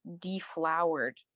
deflowered